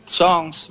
songs